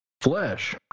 Flesh